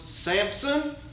Samson